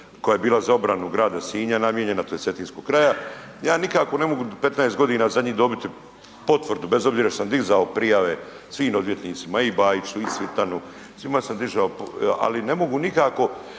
koja je bila za obranu grada Sinja namijenjena tj. Cetinskog kraja, ja nikako ne mogu 15 godina zadnjih dobiti potvrdu bez obzira što sam dizao prijave svih odvjetnicima i Bajiću i Cvitanu, svima sam dizao ali ne mogu nikako